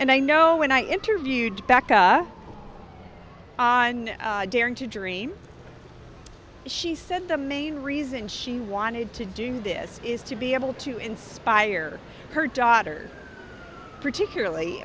and i know when i interviewed baca daring to dream she said the main reason she wanted to do this is to be able to inspire her daughter particularly